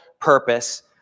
purpose